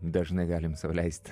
dažnai galim sau leist